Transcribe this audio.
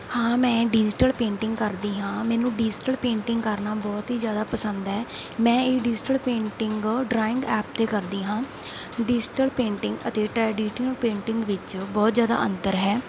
ਹਾਂ ਮੈਂ digital painting ਕਰਦੀ ਹਾਂ ਮੈਨੂੰ ਡਿਜੀਟਲ ਪੇਂਟਿੰਗ ਕਰਨਾ ਬਹੁਤ ਹੀ ਜ਼ਿਆਦਾ ਪਸੰਦ ਹੈ ਮੈਂ ਇਹ ਡਿਜੀਟਲ ਪੇਂਟਿੰਗ ਡਰਾਇੰਗ ਐਪ 'ਤੇ ਕਰਦੀ ਹਾਂ ਡਿਜੀਟਲ ਪੇਂਟਿੰਗ ਅਤੇ ਟ੍ਰੈਡੀਟੀਅਮ ਪੇਂਟਿੰਗ ਵਿੱਚ ਬਹੁਤ ਜ਼ਿਆਦਾ ਅੰਤਰ ਹੈ